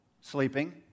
sleeping